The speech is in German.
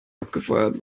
abgefeuert